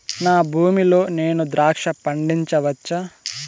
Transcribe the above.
నా భూమి లో నేను ద్రాక్ష పండించవచ్చా?